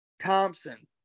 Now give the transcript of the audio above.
Thompson